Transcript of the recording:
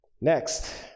Next